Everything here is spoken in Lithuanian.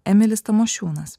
emilis tamošiūnas